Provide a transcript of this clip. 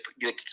get